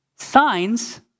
Signs